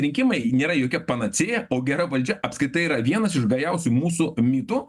rinkimai nėra jokia panacėja o gera valdžia apskritai yra vienas iš gajausių mūsų mitų